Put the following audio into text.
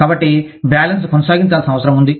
కాబట్టి బ్యాలెన్స్ కొనసాగించాల్సిన అవసరం ఉంది